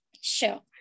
sure